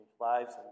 lives